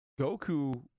Goku